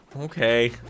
Okay